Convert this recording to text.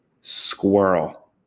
Squirrel